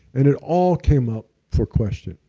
and it all came up for question,